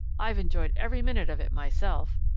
i've enjoyed every minute of it myself.